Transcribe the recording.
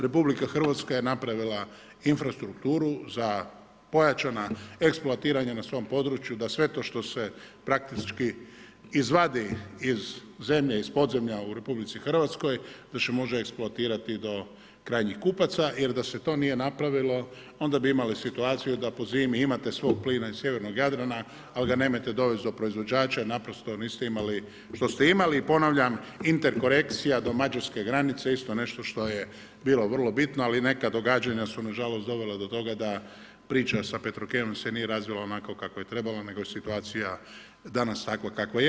RH je napravila infrastrukturu za pojačanja eksploatiranja na svom području, da sve to što se praktički izvadi iz zemlje, iz podzemlja u RH da će moći eksploatirati do krajnjih kupaca jer da se to nije napravilo, onda bi imali situaciju da po zimi imate svog plina iz sjevernog Jadrana, ali ga nemojte dovest do proizvođača jer naprosto niste imali što ste imali i ponavljam, interkorekcija do Mađarske granice je isto nešto što je bilo vrlo bitno, ali neka događanja su nažalost dovela do toga da priča sa Petrokemijom se nije razvila onako kako je trebalo, nego je situacija danas takva kakva je.